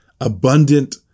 abundant